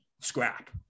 scrap